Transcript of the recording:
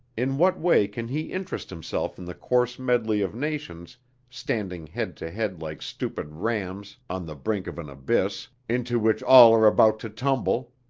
in what way can he interest himself in the coarse medley of nations standing head to head like stupid rams on the brink of an abyss, into which all are about to tumble?